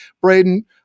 Braden